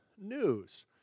news